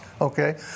okay